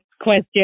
question